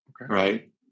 Right